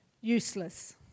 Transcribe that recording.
useless